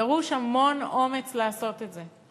דרוש המון אומץ כדי לעשות את זה.